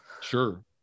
Sure